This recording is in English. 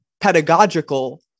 pedagogical